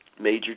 major